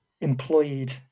employed